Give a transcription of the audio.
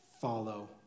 follow